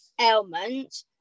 ailment